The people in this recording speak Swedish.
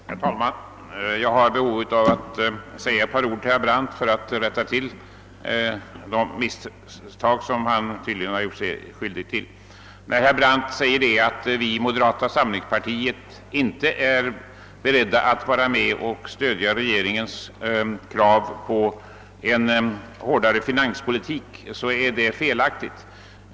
Herr talman! Jag har behov av att säga ett par ord till herr Brandt för att rätta till de misstag som han tydligen har gjort sig skyldig till. Herr Brandt påstår att vi i moderata samlingspartiet inte är beredda att stödja regeringens förslag till en hårdare finanspolitik, men det är felaktigt.